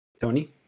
Tony